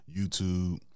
YouTube